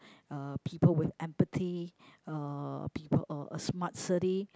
uh people with empathy uh people uh a smart city